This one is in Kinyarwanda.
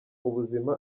ubuzima